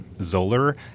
Zoller